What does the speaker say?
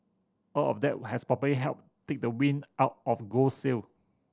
all of that who has probably helped take the wind out of gold's sail